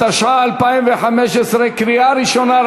התשע"ה 2015, בקריאה ראשונה.